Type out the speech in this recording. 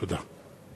תודה.